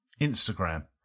Instagram